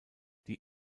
die